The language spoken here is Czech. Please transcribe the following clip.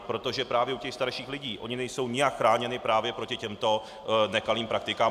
Protože právě u těch starších lidí oni nejsou nijak chráněni právě proti těmto nekalým praktikám.